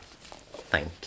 Thank